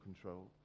control